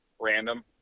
random